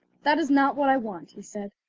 that is not what i want he said,